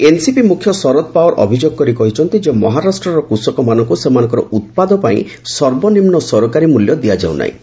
NCP ମୁଖ୍ୟ ଶରଦ୍ ପାୱାର ଅଭିଯୋଗ କରି କହିଛନ୍ତି ମହାରାଷ୍ଟ୍ରର କୃଷକମାନଙ୍କୁ ସେମାନଙ୍କ ଉତ୍ପାଦ ପାଇଁ ସର୍ବନିମ୍ବ ସରକାରୀ ମୂଲ୍ୟ ଦିଆଯାଉ ନାହିଁ